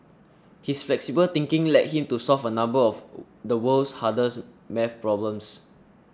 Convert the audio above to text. his flexible thinking led him to solve a number of the world's hardest math problems